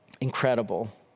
Incredible